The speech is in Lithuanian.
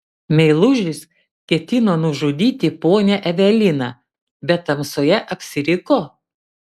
meilužis ketino nužudyti ponią eveliną bet tamsoje apsiriko